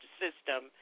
system